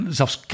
zelfs